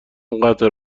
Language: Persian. قطع